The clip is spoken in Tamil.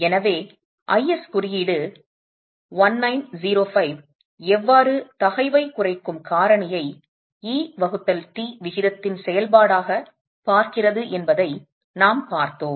எனவே IS குறியீடு 1905 எவ்வாறு தகைவைக் குறைக்கும் காரணியை e வகுத்தல் t விகிதத்தின் செயல்பாடாகப் பார்க்கிறது என்பதை நாம் பார்த்தோம்